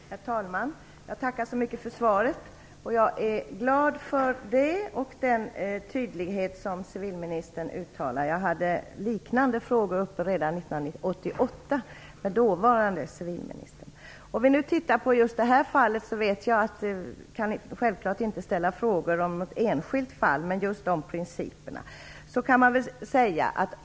Herr talman! Jag tackar så mycket för svaret. Jag är glad över det liksom över civilministerns tydlighet här. Jag hade ju en liknande fråga redan 1988 som jag diskuterade med dåvarande civilministern. I just det här fallet vet jag att jag självklart inte kan ställa frågor om ett enskilt ärende, utan det gäller principerna.